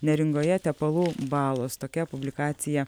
neringoje tepalų balos tokia publikacija